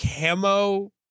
camo